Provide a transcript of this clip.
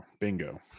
Bingo